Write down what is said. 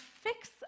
fix